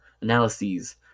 analyses